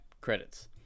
credits